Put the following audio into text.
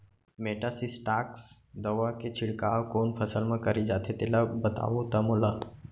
Metasystox दवा के छिड़काव कोन फसल म करे जाथे तेला बताओ त मोला?